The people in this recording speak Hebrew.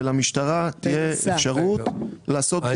ולמשטרה תהיה אפשרות לעשות בדיקה.